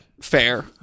Fair